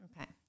Okay